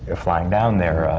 ah flying down there,